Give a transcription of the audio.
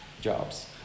jobs